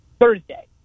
Thursday